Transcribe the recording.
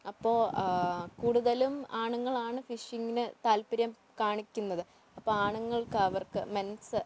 അപ്പോൾ കൂടുതലും ആണുങ്ങളാണ് ഫിഷിങ്ങിന് താൽപ്പര്യം കാണിക്കുന്നത് അപ്പം ആണുങ്ങൾക്ക് അവർക്ക് മെൻസ്